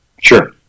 Sure